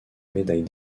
médaille